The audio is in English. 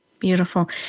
beautiful